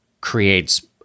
creates